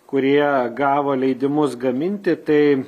kurie gavo leidimus gaminti tai